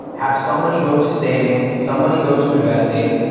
have some money go to savings, some money go to investing,